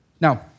Now